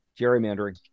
Gerrymandering